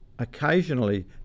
occasionally